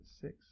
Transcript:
six